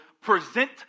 present